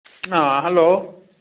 hello